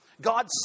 God